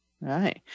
Right